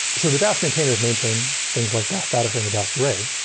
so the dask maintainers maintain things like dask data frame or dask array,